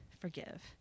forgive